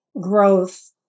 growth